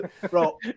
bro